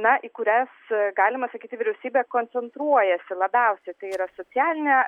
na į kurias galima sakyti vyriausybė koncentruojasi labiausiai tai yra socialinė